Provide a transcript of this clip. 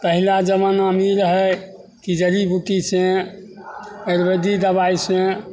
पहिला जमानामे ई रहै कि जड़ी बूटीसे आयुर्वेदिक दवाइसे